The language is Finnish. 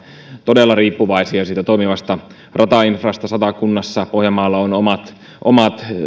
todella riippuvaisia toimivasta ratainfrasta satakunnassa pohjanmaalla on omat omat